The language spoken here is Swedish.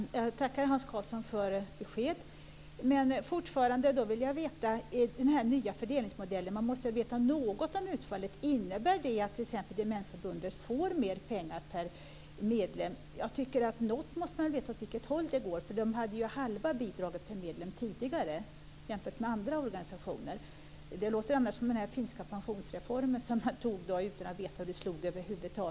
Herr talman! Jag tackar Hans Karlsson för besked. Men man måste väl veta något om utfallet med den nya fördelningsmodellen. Innebär det t.ex. att Demensförbundet får mer pengar per medlem? Jag tycker att man måste veta åt vilket håll det går. Det hade tidigare halva bidraget per medlem jämfört med andra organisationer. Det låter annars som den finska pensionsreformen som man fattade beslut om utan att över huvud taget veta hur den slog.